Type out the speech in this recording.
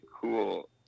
cool –